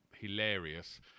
hilarious